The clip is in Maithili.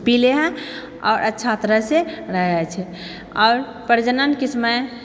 पी लै है आओर अच्छा तरहसँ रहै छै आओर प्रजननके समय